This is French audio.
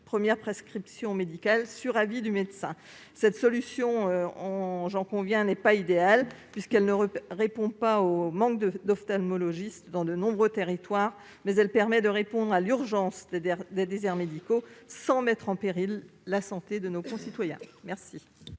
première prescription médicale sur avis du médecin. Cette solution, j'en conviens, n'est pas idéale, puisqu'elle ne répond pas au manque d'ophtalmologistes dans de nombreux territoires, mais elle permet de répondre à l'urgence que représentent les déserts médicaux, sans mettre en péril la santé de nos concitoyens.